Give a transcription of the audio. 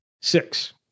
Six